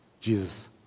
Jesus